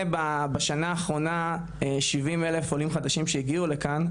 בשנה האחרונה 70,000 עולים חדשים שהגיעו לכאן,